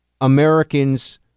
Americans